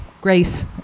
grace